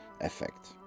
effect